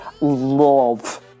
love